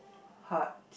part